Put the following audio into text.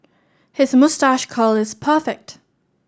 his moustache curl is perfect